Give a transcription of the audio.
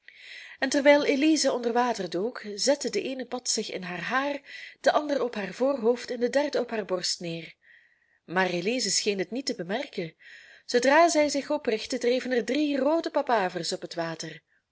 en terwijl elize onder water dook zette de eene pad zich in haar haar de andere op haar voorhoofd en de derde op haar borst neer maar elize scheen dit niet te bemerken zoodra zij zich oprichtte dreven er drie roode papavers op het water